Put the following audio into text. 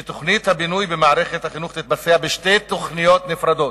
שתוכנית הבינוי במערכת החינוך תתבצע בשתי תוכניות נפרדות: